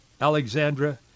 Alexandra